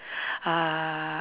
uh